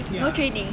no training